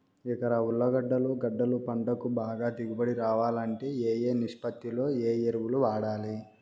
ఎకరా ఉర్లగడ్డలు గడ్డలు పంటకు బాగా దిగుబడి రావాలంటే ఏ ఏ నిష్పత్తిలో ఏ ఎరువులు వాడాలి?